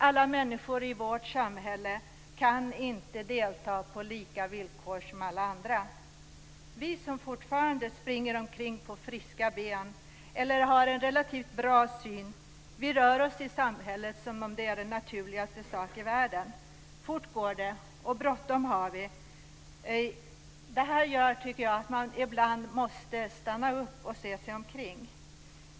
Alla människor i vårt samhälle kan inte delta på lika villkor. Vi som fortfarande springer omkring på friska ben eller har en relativt bra syn rör oss i samhället som om det är den naturligaste saken i världen. Fort går det, och bråttom har vi. Detta gör att man ibland måste stanna upp och se sig omkring. Jag ska ta ett exempel.